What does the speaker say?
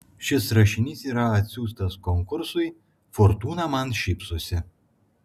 šis rašinys yra atsiųstas konkursui fortūna man šypsosi